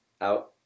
out